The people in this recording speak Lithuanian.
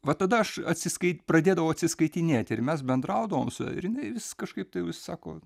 va tada aš atsiskai pradėdavau atsiskaitinėti ir mes bendraudavom su ja ir jinai vis kažkaip tai vis sako